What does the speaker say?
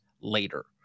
later